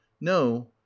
no